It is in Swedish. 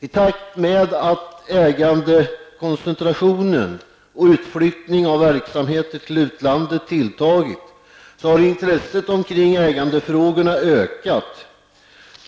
I takt med att ägarkoncentrationen och utflyttning av verksamheter till utlandet tilltagit har intresset för äganderättsfrågorna ökat.